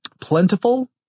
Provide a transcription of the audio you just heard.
plentiful